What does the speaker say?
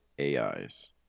AIs